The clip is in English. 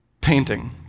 painting